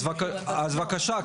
אז בבקשה,